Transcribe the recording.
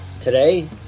Today